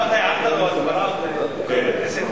בבקשה.